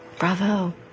Bravo